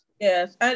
yes